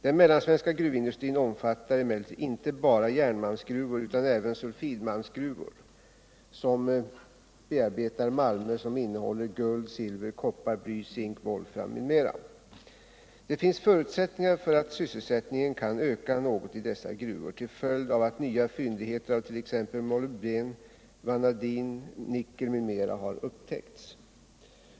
Den mellansvenska gruvindustrin omfattar emellertid inte bara järnmalmsgruvor utan även sulfidmalmsgruvor, som bearbetar malmer som innehåller guld, silver, koppar, bly, zink, volfram m.m. Det finns förutsättningar för att sysselsättningen kan öka något i dessa gruvor till följd av att nya fyndigheter av t.ex. molybden, vanadin, nickel m.m. har upptäckts.